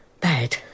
Bad